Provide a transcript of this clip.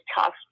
tough